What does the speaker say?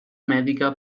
mèdica